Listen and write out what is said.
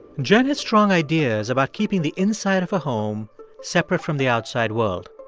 jen has strong ideas about keeping the inside of a home separate from the outside world.